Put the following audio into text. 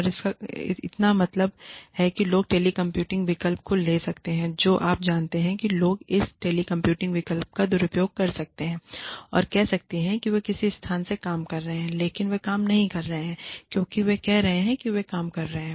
और इसका मतलब है कि लोग टेली कम्यूटिंग विकल्प को ले सकते हैं जो आप जानते हैं कि लोग इस टेलीकम्यूटिंग विकल्प का दुरुपयोग कर सकते हैं और कह सकते हैं कि वे किसी स्थान से काम कर रहे हैं लेकिन वे काम नहीं कर रहे हैं क्योंकि वे कह रहे हैं कि वे काम कर रहे हैं